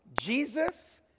Jesus